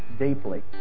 deeply